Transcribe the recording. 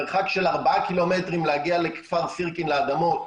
מרחק של ארבעה קילומטרים להגיע לכפר סירקין לאדמות,